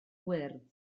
wyrdd